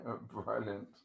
brilliant